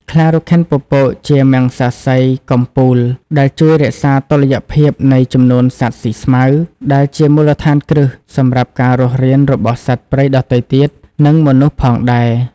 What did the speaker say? ខ្លារខិនពពកជាសត្វមំសាសីកំពូល ដែលជួយរក្សាតុល្យភាពនៃចំនួនសត្វស៊ីស្មៅ ដែលជាមូលដ្ឋានគ្រឹះសម្រាប់ការរស់រានរបស់សត្វព្រៃដទៃទៀត និងមនុស្សផងដែរ។